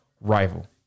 Rival